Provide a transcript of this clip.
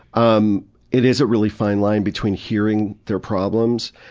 um it is a really fine line between hearing their problems,